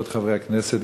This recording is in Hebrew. כבוד חברי הכנסת,